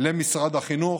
למשרד החינוך,